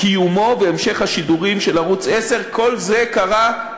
קיומו והמשך השידורים של ערוץ 10. כל זה קרה,